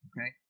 Okay